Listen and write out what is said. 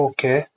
Okay